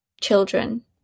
children